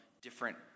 different